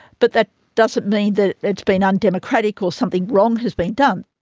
but that doesn't mean that it's been undemocratic or something wrong has been done.